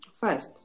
first